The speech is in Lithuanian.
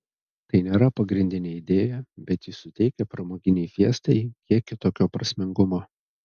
tai nėra pagrindinė idėja bet ji suteikia pramoginei fiestai kiek kitokio prasmingumo